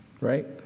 right